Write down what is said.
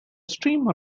streamer